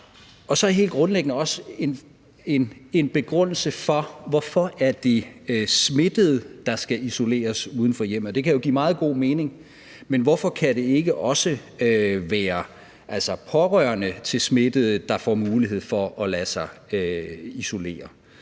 også helt grundlæggende en begrundelse for, hvorfor det er de smittede, der skal isoleres uden for hjemmet. Det kan jo give meget god mening. Men hvorfor kan det ikke også være pårørende til smittede, der får mulighed for at lade sig isolere?